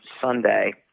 Sunday